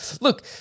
Look